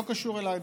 לא קשור אליי,